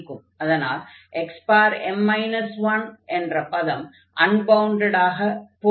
ஆனால் xm 1 என்ற பதம் அன்பவுண்டடாக ஆகும்